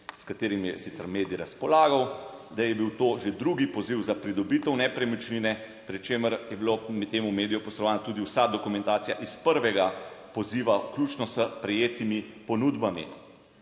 s katerimi je sicer medij razpolagal, da je bil to že drugi poziv za pridobitev nepremičnine, pri čemer je bilo temu mediju posredovana tudi vsa dokumentacija iz prvega poziva vključno s prejetimi ponudbami.